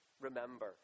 remember